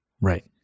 Right